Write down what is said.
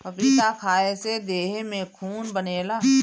पपीता खाए से देह में खून बनेला